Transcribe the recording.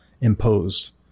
imposed